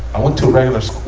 i went to regular